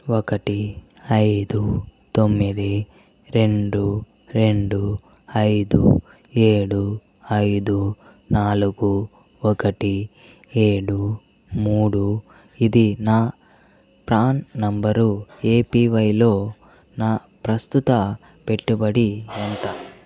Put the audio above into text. ఒకటి ఐదు తొమ్మిది రెండు రెండు ఐదు ఏడు ఐదు నాలుగు ఒకటి ఏడు మూడు ఇది నా ప్రాన్ నంబర్ ఏపీవైలో నా ప్రస్తుత పెట్టుబడి ఎంత